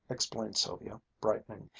explained sylvia, brightening,